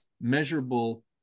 measurable